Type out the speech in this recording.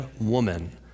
woman